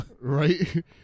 Right